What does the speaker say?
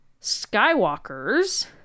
Skywalkers